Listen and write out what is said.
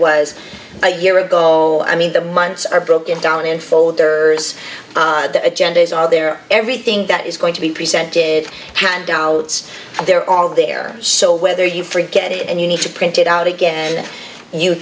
was a year ago i mean the months are broken down and folders agendas are there everything that is going to be presented handouts and they're all there so whether you forget it and you need to print it out again